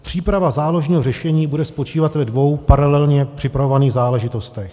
Příprava záložního řešení bude spočívat ve dvou paralelně připravovaných záležitostech.